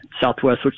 southwest